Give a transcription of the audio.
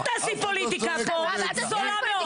אל תעשי פוליטיקה פה, זולה מאוד.